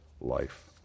life